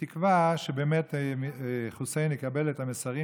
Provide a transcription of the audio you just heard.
בתקווה שבאמת חוסיין יקבל את המסרים